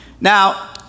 Now